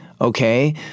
Okay